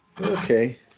okay